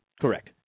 Correct